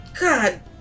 god